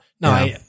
no